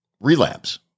relapse